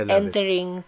entering